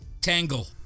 Tangle